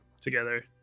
together